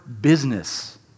business